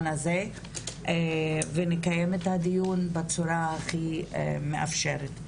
הזה ונקיים את הדיון בצורה הכי מאפשרת.